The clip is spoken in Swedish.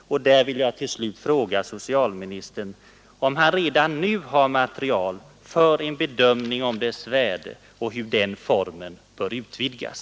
Jag vill till sist fråga socialministern, om han redan nu har material för en egen bedömning av gruppterapins värde och av hur den behandlingsformen bör utvidgas.